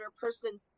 person